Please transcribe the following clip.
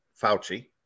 Fauci